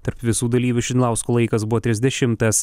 tarp visų dalyvių šidlausko laikas buvo trisdešimas